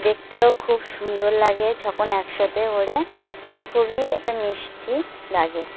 দেখতেও খুব সুন্দর লাগে যখন একসাথে ওড়ে খুবই একটা মিষ্টি লাগে